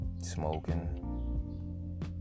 smoking